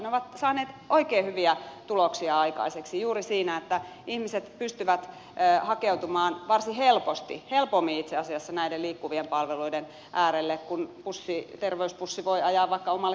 ne ovat saaneet oikein hyviä tuloksia aikaiseksi juuri siinä että ihmiset pystyvät hakeutumaan varsin helposti helpommin itse asiassa näiden liikkuvien palveluiden äärelle kun terveysbussi voi ajaa vaikka omalle kotipihalle